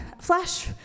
flash